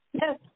Yes